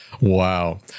Wow